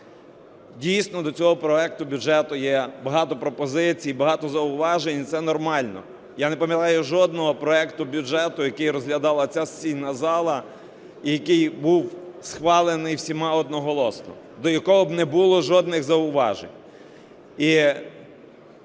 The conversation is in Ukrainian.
Дійсно, до цього проекту бюджету є багато пропозицій, багато зауважень, і це нормально. Я не пам'ятаю жодного проекту бюджету, який розглядала ця сесійна зала і який був схвалений всіма одноголосно, до якого не було жодних зауважень.